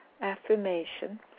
affirmation